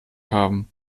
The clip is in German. haben